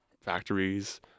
factories